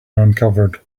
uncovered